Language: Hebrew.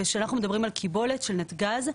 כשאנחנו מדברים על קיבולת של נתג"ז,